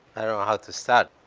i don't know how to start.